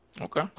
Okay